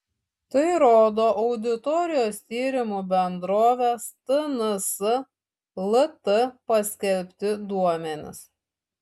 tai rodo auditorijos tyrimų bendrovės tns lt paskelbti duomenys